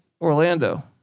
Orlando